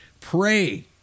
pray